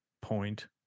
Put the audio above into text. point